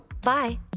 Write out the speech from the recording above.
Bye